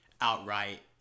outright